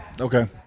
okay